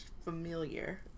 familiar